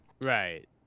right